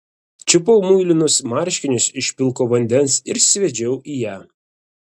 čiupau muilinus marškinius iš pilko vandens ir sviedžiau į ją